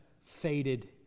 faded